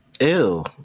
ew